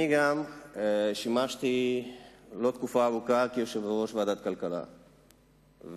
אני גם שימשתי תקופה לא ארוכה כיושב-ראש ועדת הכלכלה ונגעתי